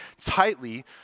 tightly